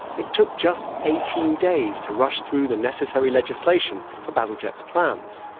it took just eighteen days to rush through the necessary legislation for bazalgette's plans.